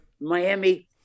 Miami